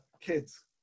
kids